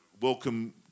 welcome